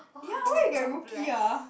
ya why you get rookie ah